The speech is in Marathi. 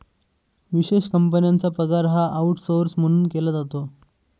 विशेष कंपन्यांचा पगार हा आऊटसौर्स म्हणून केला जातो